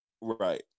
Right